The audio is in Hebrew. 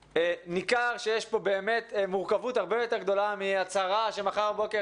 ניכר שיש פה מורכבות הרבה יותר גדולה מהצהרה שמחר בבוקר